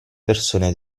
persone